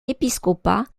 épiscopat